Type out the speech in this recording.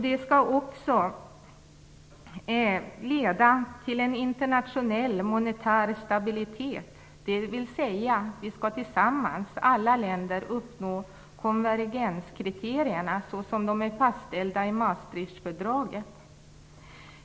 Det skall också leda till en internationell monetär stabilitet, dvs. vi skall tillsammans alla länder uppnå konvergenskriterierna så som de är fastställda i Maastrichtfördraget.